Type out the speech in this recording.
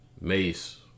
Mace